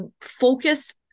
focus